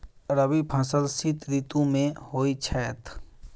रबी फसल शीत ऋतु मे होए छैथ?